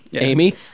Amy